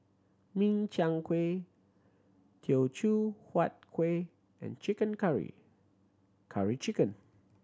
Min Chiang Kueh Teochew Huat Kuih and chicken curry Curry Chicken